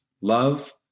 love